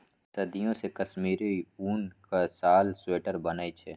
सदियों सँ कश्मीरी उनक साल, स्वेटर बनै छै